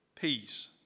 peace